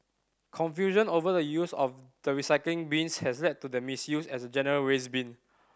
confusion over the use of the recycling bins has led to their misuse as a general waste bin